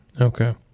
Okay